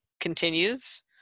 continues